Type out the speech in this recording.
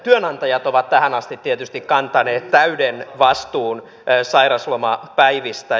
työnantajat ovat tähän asti tietysti kantaneet täyden vastuun sairauslomapäivistä